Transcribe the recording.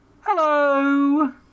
hello